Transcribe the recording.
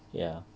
ya